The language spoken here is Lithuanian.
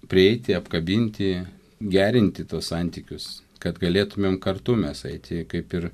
prieiti apkabinti gerinti tuos santykius kad galėtumėm kartu mes eiti kaip ir